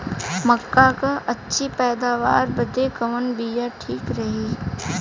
मक्का क अच्छी पैदावार बदे कवन बिया ठीक रही?